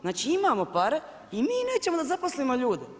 Znači imamo pare i mi nećemo da zaposlimo ljude.